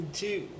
two